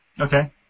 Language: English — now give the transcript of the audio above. Okay